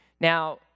Now